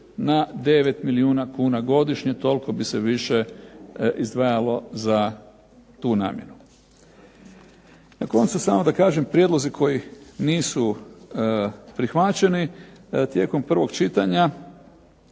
Na koncu samo da kažem prijedlozi koji nisu prihvaćeni, tijekom prvog čitanja